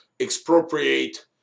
expropriate